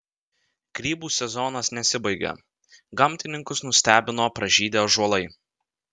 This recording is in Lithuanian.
grybų sezonas nesibaigia gamtininkus nustebino pražydę ąžuolai